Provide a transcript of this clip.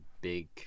big